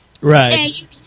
Right